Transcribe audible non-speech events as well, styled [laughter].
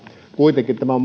kuitenkin tämä [unintelligible]